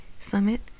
summit